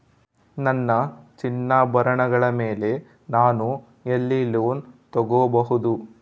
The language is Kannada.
ನನ್ನ ಚಿನ್ನಾಭರಣಗಳ ಮೇಲೆ ನಾನು ಎಲ್ಲಿ ಲೋನ್ ತೊಗೊಬಹುದು?